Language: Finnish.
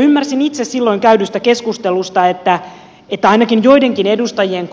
ymmärsin itse silloin käydystä keskustelusta että ainakin jotkut edustajat